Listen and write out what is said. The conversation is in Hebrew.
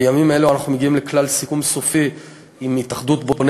בימים אלו אנחנו מגיעים לכלל סיכום סופי עם התאחדות בוני